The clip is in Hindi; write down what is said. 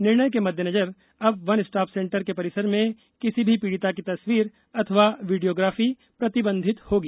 निर्णय के मद्देनजर अब वन स्टॉप सेंटर के परिसर में किसी भी पीड़िता की तस्वीर अथवा वीडियोग्राफी प्रतिबंधित होगी